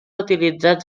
utilitzats